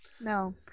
no